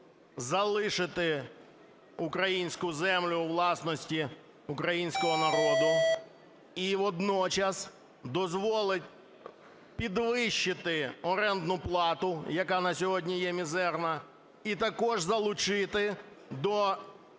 залишити українську землю у власності українського народу і водночас дозволить підвищити орендну плату, яка на сьогодні є мізерна і також залучити на